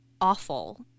awful